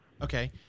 Okay